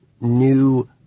new